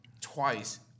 twice